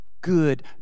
good